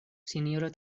sinjoro